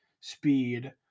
speed